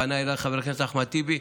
פנה אליי חבר הכנסת אחמד טיבי,